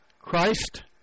Christ